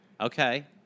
Okay